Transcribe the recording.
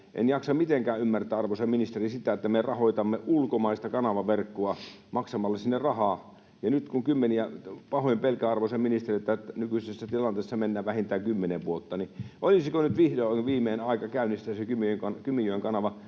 En jaksa mitenkään ymmärtää, arvoisa ministeri, että me rahoitamme ulkomaista kanavaverkkoa maksamalla sinne rahaa, ja pahoin pelkään, arvoisa ministeri, että nykyisessä tilanteessa mennään vähintään kymmenen vuotta. Olisiko nyt vihdoin ja viimein aika käynnistää se Kymijoen kanavan